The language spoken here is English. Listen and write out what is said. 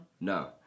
No